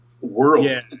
world